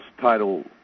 title